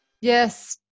Yes